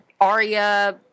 Arya